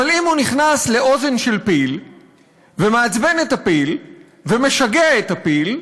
אבל אם הוא נכנס לאוזן של פיל ומעצבן את הפיל ומשגע את הפיל,